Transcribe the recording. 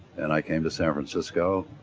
and i came to san francisco,